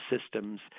systems